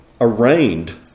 arraigned